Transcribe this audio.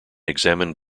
examined